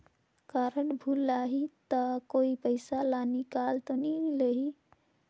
Card भुलाही ता कोई पईसा ला निकाल तो नि लेही?